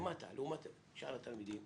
למטה לעומת שאר התלמידים.